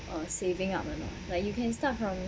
uh saving up money like you can start from